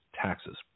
taxes